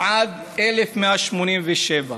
עד 1187,